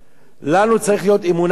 לנו צריכה להיות אמונה אחת